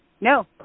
No